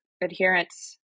adherence